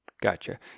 Gotcha